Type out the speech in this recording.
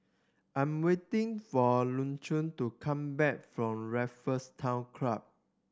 I am waiting for to come back from Raffles Town Club